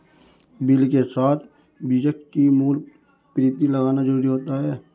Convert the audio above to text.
bill के साथ बीजक की मूल प्रति लगाना जरुरी होता है